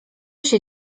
się